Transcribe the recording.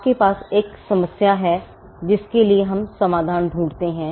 आपके पास एक समस्या है जिसके लिए हम समाधान ढूंढते हैं